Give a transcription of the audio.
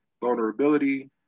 vulnerability